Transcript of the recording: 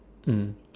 mm